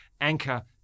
anchor